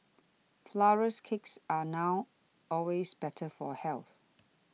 Flourless Cakes are now always better for health